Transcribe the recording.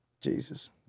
Jesus